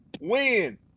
win